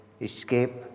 Escape